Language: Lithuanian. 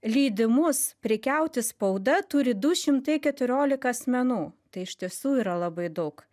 leidimus prekiauti spauda turi du šimtai keturiolika asmenų tai iš tiesų yra labai daug